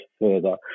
further